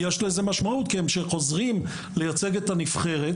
יש לזה משמעות כי הם חוזרים לשחק בנבחרת